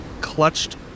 clutched